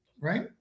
Right